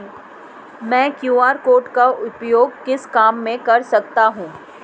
मैं QR code का उपयोग किस काम में कर सकता हूं?